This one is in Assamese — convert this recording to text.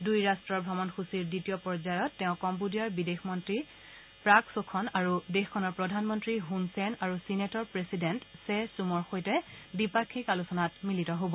দুই ৰাট্টৰ ভ্ৰমণসূচীৰ দ্বিতীয় পৰ্যায়ৰ তেওঁ কম্বোডিয়াৰ বিদেশ মন্ত্ৰী প্ৰাক্ ছোখন আৰু দেশখনৰ প্ৰধানমন্ত্ৰী ছন চেন আৰু চিনেটৰ প্ৰেছিডেণ্ট চে চ্কুমৰ সৈতে দ্বিপাক্ষিক আলোচনাত মিলিত হব